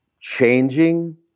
changing